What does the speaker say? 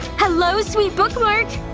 hello, sweet bookmark!